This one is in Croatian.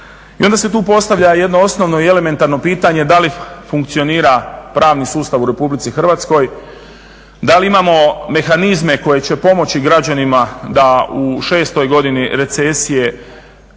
I onda se tu postavlja jedno osnovno i elementarno pitanje da li funkcionira pravni sustav u Republici Hrvatskoj, da li imamo mehanizme koji će pomoći građanima da u šestoj godini recesije